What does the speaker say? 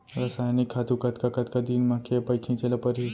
रसायनिक खातू कतका कतका दिन म, के पइत छिंचे ल परहि?